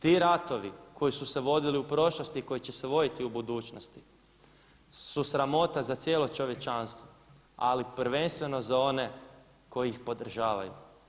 Ti ratovi koji su se vodili u prošlosti i koji će se voditi u budućnosti su sramota za cijelo čovječanstvo, ali prvenstveno za one koji ih podržavaju.